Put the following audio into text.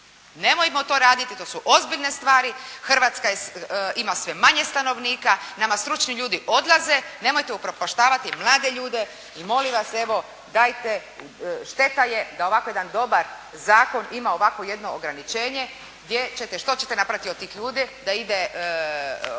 Nemojmo to raditi. To su ozbiljne stvari. Hrvatska ima sve manje stanovnika. Nama stručni ljudi odlaze. Nemojte upropaštavati mlade ljude i molim vas evo dajte šteta je da ovako jedan dobar zakon ima ovakvo jedno ograničenje gdje ćete, što ćete napraviti od tih ljudi da ide